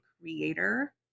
creator